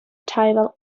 tidal